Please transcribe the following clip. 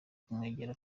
kumwegera